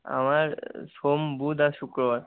আমার সোম বুধ আর শুক্রবার